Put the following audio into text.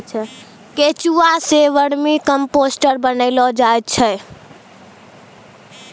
केंचुआ सें vermicompost बनैलो जाय छै